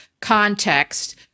context